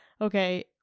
okay